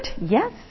yes